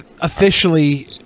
officially